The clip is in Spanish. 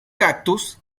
cactus